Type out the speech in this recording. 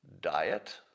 diet